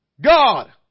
God